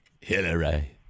Hillary